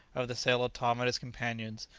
of the sale of tom and his companions,